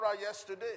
yesterday